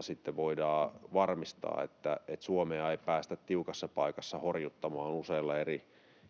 sitten voidaan varmistaa, että Suomea ei päästä tiukassa paikassa horjuttamaan useilla eri